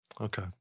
Okay